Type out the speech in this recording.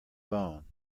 bone